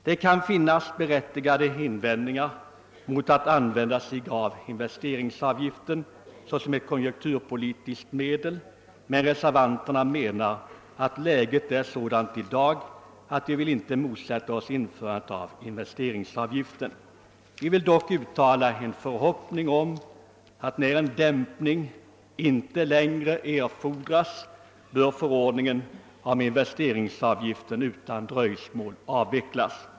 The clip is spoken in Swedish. Det kan finnas berättigade invändningar mot att använda investeringsavgiften såsom ett konjunkturpolitiskt medel, men reservanterna menar att läget i dag är sådant att vi inte vill motsätta oss införandet av denna avgift. Vi vill dock uttala en förhoppning om att när en dämpning inte längre erfordras förordningen om investeringsavgiften utan dröjsmål avvecklas.